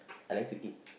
I like to eat